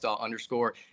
underscore